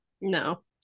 No